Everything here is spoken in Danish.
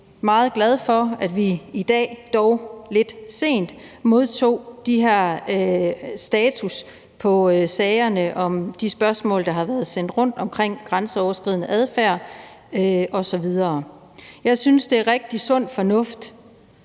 meget glad for, at vi i dag – dog lidt sent – modtog de her statusopdateringer på sagerne om de spørgsmål, der har været sendt rundt, om grænseoverskridende adfærd osv. Jeg synes, at det er rigtig sund fornuft,